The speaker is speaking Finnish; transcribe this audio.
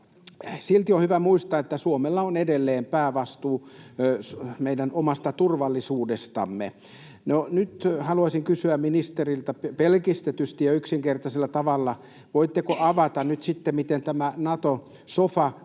Silti on hyvä muistaa, että Suomella on edelleen päävastuu meidän omasta turvallisuudestamme. No, nyt haluaisin kysyä ministeriltä pelkistetysti ja yksinkertaisella tavalla: voitteko avata nyt sitten, miten tämä Nato-sofa